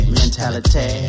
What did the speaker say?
mentality